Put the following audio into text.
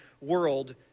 world